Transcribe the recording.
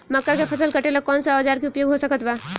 मक्का के फसल कटेला कौन सा औजार के उपयोग हो सकत बा?